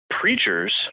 preachers